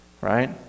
Right